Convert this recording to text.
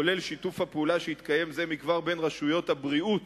לרבות שיתוף הפעולה שהתקיים זה מכבר בין רשויות הבריאות